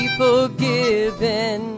forgiven